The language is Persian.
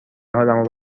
حالمو